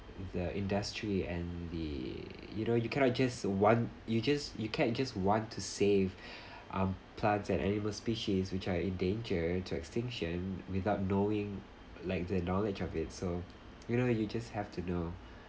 the industry and the you know you cannot just want you just you can't just want to save um plants and animal species which are endangered to extinction without knowing like the knowledge of it so you know you just have to know